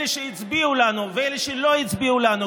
אלה שהצביעו לנו ואלה שלא הצביעו לנו,